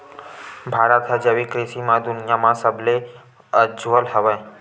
भारत हा जैविक कृषि मा दुनिया मा सबले अव्वल हवे